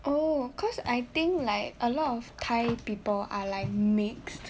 oh cause I think like a lot of thai people are like mix